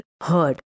heard